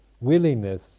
Willingness